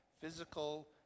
Physical